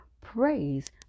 praise